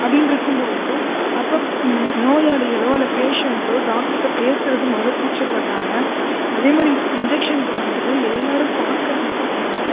அப்படினு இருக்கும் போது அப்போ நோயாளிகளோ இல்லை பேஷண்டோ டாக்டர்ட்ட பேசுகிறது முதல்ல கூச்ச படுறாங்க அதேமாதிரி இன்ஜன்க்ஷன் பண்ணும் போதும் எல்லோரும் பார்க்குற மாதிரியான